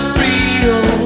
real